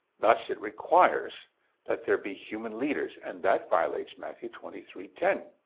thus, it requires that there be human leaders, and that violates matthew twenty three ten.